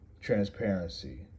transparency